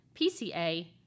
PCA